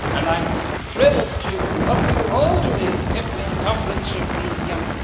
and i'm thrilled to welcome you all to the piffling conference of the um